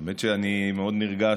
האמת היא שאני מאוד נרגש